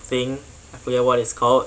thing I forget what it's called